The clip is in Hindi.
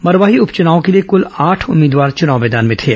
मरवाही उपचुनाव के लिए कुल आठ उम्मीदवार मैदान में थे